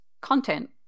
content